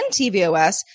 tvOS